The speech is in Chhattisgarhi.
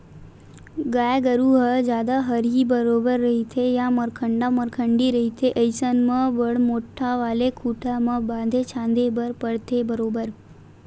गाय गरु ह जादा हरही बरोबर रहिथे या मरखंडा मरखंडी रहिथे अइसन म बड़ मोट्ठा वाले खूटा म बांधे झांदे बर परथे बरोबर